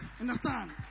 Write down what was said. understand